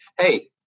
hey